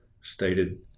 stated